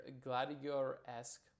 Gladiator-esque